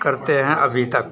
करते हैं अभी तक